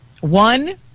one